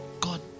God